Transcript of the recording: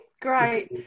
Great